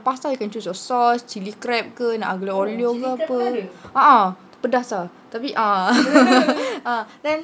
pasta you can choose your sauce chilli crab ke nak aglio olio ke apa uh then